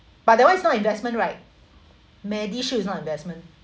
but that one is not investment right MediShield is not investment